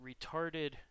retarded